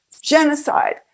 genocide